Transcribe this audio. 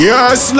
Yes